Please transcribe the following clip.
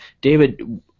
David